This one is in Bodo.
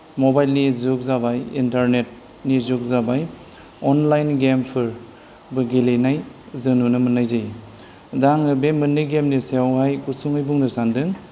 मबाइलनि जुग जाबाय इन्टारनेटनि जुग जाबाय अनलाइन गेमफोरबो गेलेनाय जों नुनो मोननाय जायो दा आङो बे मोननै गेमनि सायावहाय गुसुङै बुंनो सान्दों